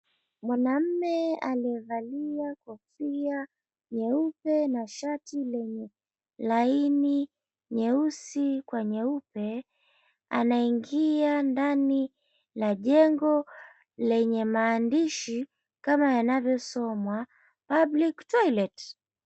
Mwanaume aliyevalia kofia nyeupe na shati lenye laini nyeusi kwa nyeupe anaingia ndani la jengo lenye maandishi kama yanavyosomwa, Public Toilet.